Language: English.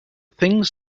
things